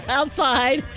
outside